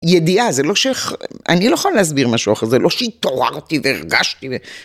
ידיעה, זה לא ש... אני לא יכולה להסביר משהו אחר, זה לא שהתעוררתי והרגשתי ו...